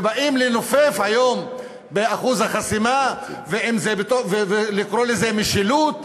ובאים לנופף היום באחוז החסימה ולקרוא לזה משילות.